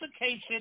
Education